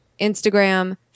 Instagram